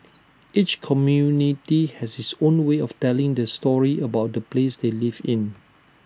each community has its own way of telling the story about the place they live in